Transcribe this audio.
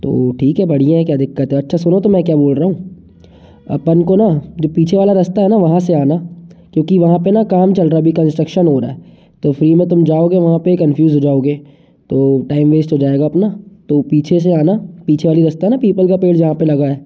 तो ठीक है बैठ जाए क्या दिक्कत है अच्छा सुनो तो मैं क्या बोल रहा हूँ अपन को ना जो पीछे वाला रास्ता हैना वहाँ से आना क्योंकि वहाँ पे ना काम चल रहा है अभी कंस्ट्रक्शन हो रहा है तो फिर में तुम जाओगे वहाँ पे कंफ्यूज़ हो जाओगे तो टाइम वेस्ट हो जाएगा अपना तो पीछे से आना पीछे वाली रास्ता हैना पीपल का पेड़ जहाँ पे लगा है